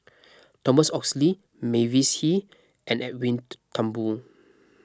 Thomas Oxley Mavis Hee and Edwin Thumboo